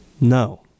No